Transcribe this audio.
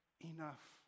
enough